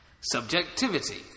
Subjectivity